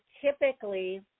typically